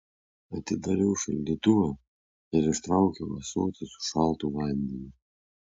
atidariau šaldytuvą ir ištraukiau ąsotį su šaltu vandeniu